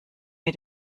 mir